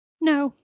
No